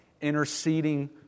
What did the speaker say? Interceding